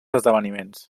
esdeveniments